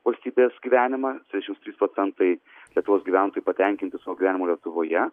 valstybės gyvenimą septyniasdešims trys procentai lietuvos gyventojų patenkinti savo gyvenimu lietuvoje